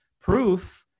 proof